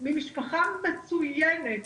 ממשפחה מצוינת,